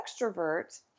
extrovert